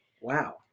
Wow